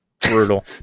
Brutal